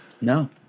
No